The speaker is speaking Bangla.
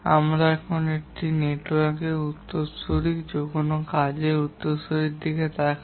আমরা এখন একটি নেটওয়ার্কের উত্তরসূরি কোনও কাজের উত্তরসূরির দিকে তাকাই